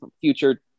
future